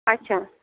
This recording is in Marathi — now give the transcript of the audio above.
अच्छा